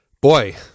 Boy